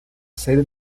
sede